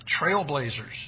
trailblazers